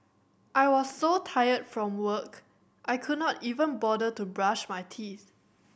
I was so tired from work I could not even bother to brush my teeth